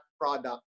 product